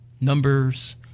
numbers